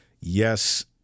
yes